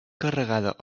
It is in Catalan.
carregada